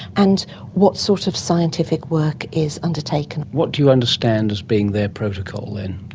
and what sort of scientific work is undertaken. what do you understand as being their protocol then?